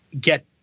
get